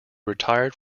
retired